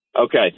Okay